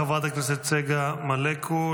חברת הכנסת צגה מלקו,